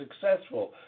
successful